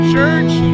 Church